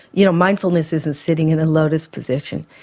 you know mindfulness isn't sitting in a lotus position,